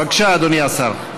בבקשה, אדוני השר.